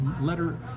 letter